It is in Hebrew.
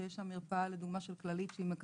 שיש שם מרפאה של כללית לדוגמה,